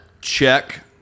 Check